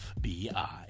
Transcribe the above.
FBI